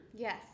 Yes